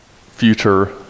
future